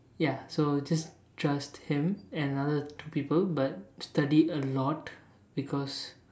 ya so just trust him and another two people but study a lot because